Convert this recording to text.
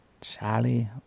Charlie